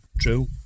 True